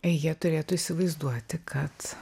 jie turėtų įsivaizduoti kad